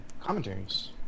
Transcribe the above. commentaries